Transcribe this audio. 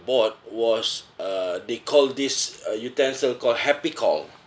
bought was uh they call this a utensil called happy call